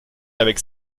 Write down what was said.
avec